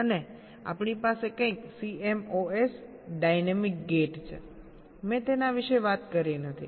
અને આપણી પાસે કંઈક CMOS ડાયનેમિક ગેટ છે મેં તેના વિશે વાત કરી નથી